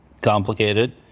complicated